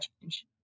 change